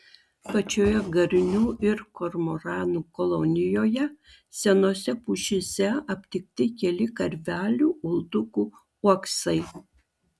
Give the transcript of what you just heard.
pačioje garnių ir kormoranų kolonijoje senose pušyse aptikti keli karvelių uldukų uoksai